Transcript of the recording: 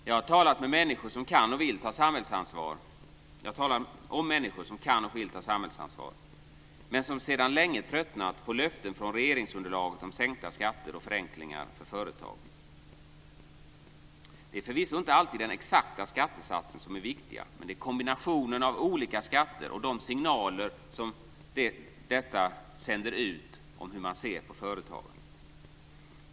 Jag talar om människor som kan och vill ta samhällsansvar men som sedan länge tröttnat på löften från regeringsunderlaget om sänkta skatter och förenklingar för företagen. Det är förvisso inte alltid den exakta skattesatsen som är det viktiga, men väl kombinationen av olika skatter och de signaler som detta sänder ut om hur man ser på företagandet.